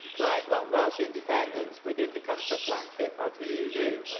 plaid want welsh independence within the comfort blanket of the eu.